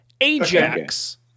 Ajax